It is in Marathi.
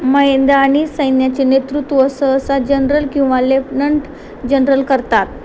मैदानी सैन्याचे नेतृत्व सहसा जनरल किंवा लेफनंट जनरल करतात